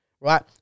Right